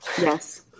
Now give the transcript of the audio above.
yes